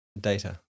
data